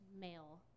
male